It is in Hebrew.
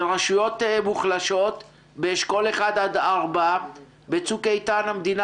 זה רשויות מוחלשות באשכול 4-1. בצוק איתן המדינה